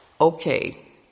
okay